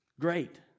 Great